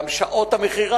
גם שעות המכירה,